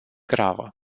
gravă